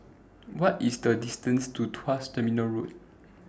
What IS The distance to Tuas Terminal Road